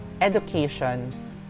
education